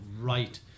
Right